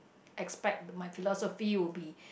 expect my philosophy would be